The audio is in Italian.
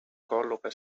colloca